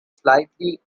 slightly